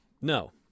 No